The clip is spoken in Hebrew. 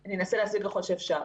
אני אנסה להסביר ככל שאפשר.